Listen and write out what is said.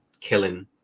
killing